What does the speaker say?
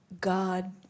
God